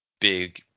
big